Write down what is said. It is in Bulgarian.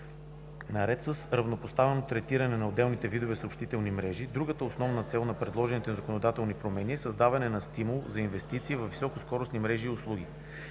Наред с равнопоставеното третиране на отделните видове съобщителни мрежи, другата основна цел на предложените законодателни промени е създаването на стимул за инвестиции във високоскоростни мрежи и услуги.